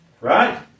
Right